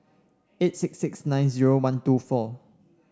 eight six six nine zero one two four